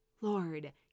Lord